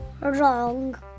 Wrong